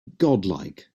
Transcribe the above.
godlike